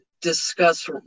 discuss